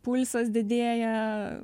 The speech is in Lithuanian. pulsas didėja